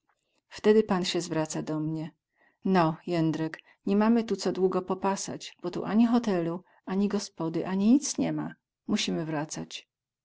wtedy pan sie zwraca do mnie no jędrek ni mamy tu co długo popasać bo tu ani hotelu ani gospody ani nic ni ma musimy wracać